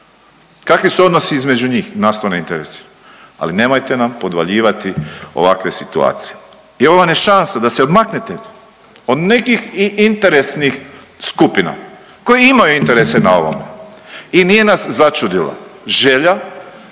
Kakvi su odnosi između njih, nas to ne interesira, ali nemojte nam podvaljivati ovakve situacije jer ovo vam je šansa da se odmaknete od nekih i interesnih skupina koje imaju interese na ovom. I nije nas začudila želja